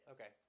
Okay